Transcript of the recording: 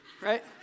right